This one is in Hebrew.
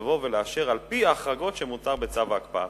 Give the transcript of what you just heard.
לאשר על-פי ההחרגות שמותרות בצו ההקפאה.